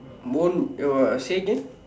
moon uh say again